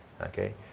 Okay